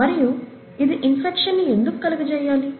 మరియు ఇది ఇన్ఫెక్షన్ ని ఎందుకు కలుగజెయ్యాలి